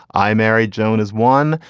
i married joan is one.